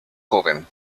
joven